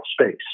space